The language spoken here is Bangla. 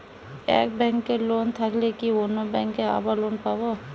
এক ব্যাঙ্কে লোন থাকলে কি অন্য ব্যাঙ্কে আবার লোন পাব?